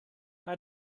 bei